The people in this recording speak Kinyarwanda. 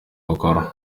bakora